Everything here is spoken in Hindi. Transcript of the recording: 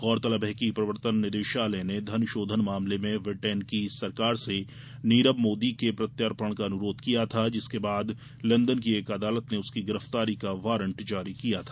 गौरतलब है कि प्रवर्तन निदेशालय ने धनशोधन मामले में ब्रिटेन की सरकार से नीरव मोदी के प्रत्यर्पण का अनुरोध किया था जिसके बाद लंदन की एक अदालत ने उसकी गिरफ्तारी का वारंट जारी किया था